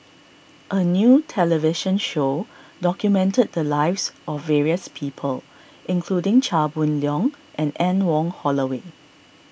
a new television show documented the lives of various people including Chia Boon Leong and Anne Wong Holloway